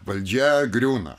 valdžia griūna